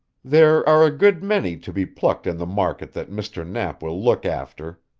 there are a good many to be plucked in the market that mr. knapp will look after,